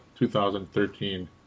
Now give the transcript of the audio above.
2013